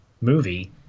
movie